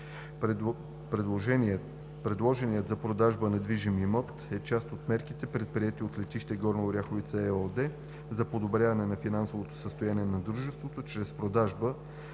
Предложеният за продажба недвижим имот е част от мерките, предприети от „Летище Горна Оряховица“ ЕООД за подобряване на финансовото състояние на дружеството чрез продажбата